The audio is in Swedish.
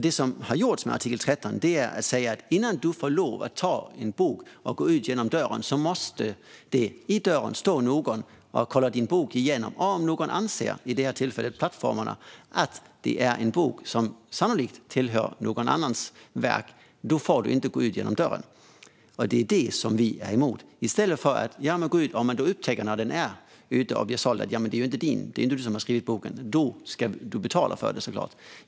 Det som artikel 13 säger är att innan man får lov att gå ut med en bok genom dörren måste det i dörren stå någon som har kollat, i det här fallet plattformarna, om boken är någon annans verk, och då får man inte ta den ut genom dörren. Det är detta som vi är emot. Om det upptäcks att man inte har skrivit boken ska man självklart betala.